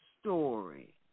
story